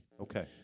okay